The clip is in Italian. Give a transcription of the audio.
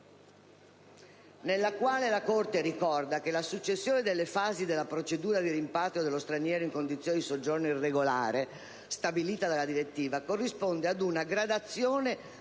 nella quale la Corte ricorda che la successione delle fasi della procedura di rimpatrio dello straniero in condizione di soggiorno irregolare stabilita dalla direttiva corrisponde ad una gradazione